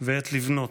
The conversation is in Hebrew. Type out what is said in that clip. ועת לבנות.